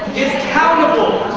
countable,